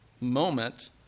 moment